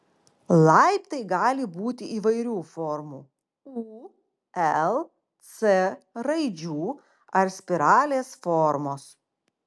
laiptai gali būti įvairių formų u l c raidžių ar spiralės formos